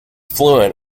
fluent